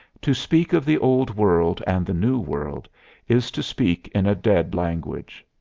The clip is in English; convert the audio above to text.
to speak of the old world and the new world is to speak in a dead language.